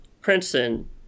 Princeton